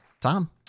Tom